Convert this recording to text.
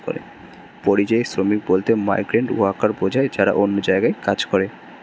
পরিযায়ী শ্রমিক বলতে মাইগ্রেন্ট ওয়ার্কার বোঝায় যারা অন্য জায়গায় কাজ করে